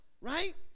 Right